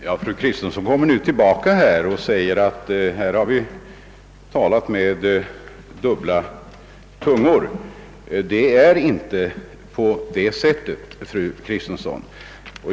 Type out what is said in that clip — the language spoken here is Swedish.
Herr talman! Fru Kristensson påstår nu att vi har talat med dubbel tunga. Så förhåller det sig inte, fru Kristensson.